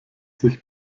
sich